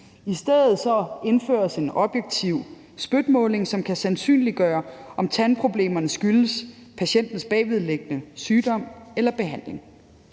I stedet indføres en objektiv spytmåling, som kan sandsynliggøre, om tandproblemerne skyldes patientens bagvedliggende sygdom eller behandling.